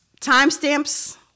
timestamps